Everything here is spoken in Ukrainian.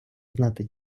знати